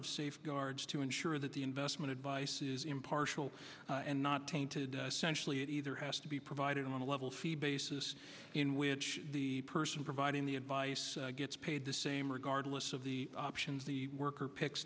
of safeguards to ensure that the investment advice is impartial and not tainted centrally it either has to be provided on a level fee basis in which the person providing the advice gets paid the same regardless of the options the worker picks